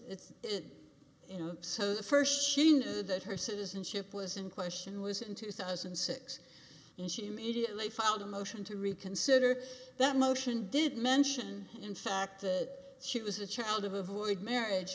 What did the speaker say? it you know the first she knew that her citizenship was in question was in two thousand and six and she immediately filed a motion to reconsider that motion did mention in fact that she was a child of a void marriage